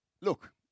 look